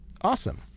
Awesome